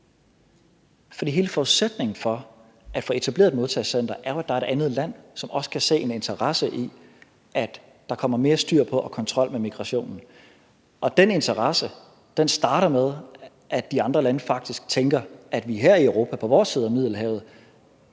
fordi hele forudsætningen for at få etableret et modtagecenter jo er, at der er et andet land, som også kan se en interesse i, at der kommer mere styr på og kontrol med migrationen. Den interesse starter med, at de andre lande faktisk tænker, at vi her i Europa på vores side af Middelhavet